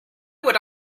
would